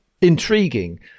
intriguing